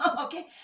okay